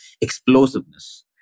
explosiveness